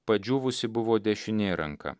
padžiūvusi buvo dešinė ranka